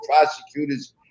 prosecutor's